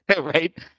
Right